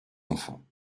enfants